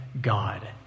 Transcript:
God